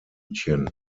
münchen